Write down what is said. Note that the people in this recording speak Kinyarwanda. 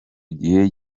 gihe